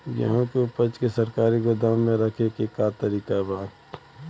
गेहूँ के ऊपज के सरकारी गोदाम मे रखे के का तरीका बा?